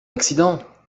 accident